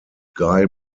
guy